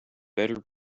better